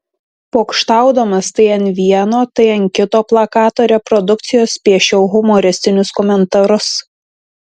pokštaudamas tai ant vieno tai ant kito plakato reprodukcijos piešiau humoristinius komentarus